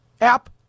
app